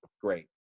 great